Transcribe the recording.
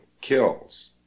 kills